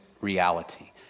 reality